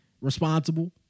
responsible